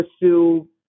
pursue